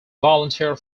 volunteer